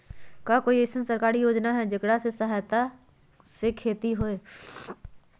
का कोई अईसन सरकारी योजना है जेकरा सहायता से खेती होय?